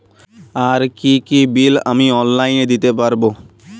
আর কি কি বিল আমি অনলাইনে দিতে পারবো?